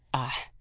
ah!